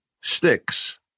sticks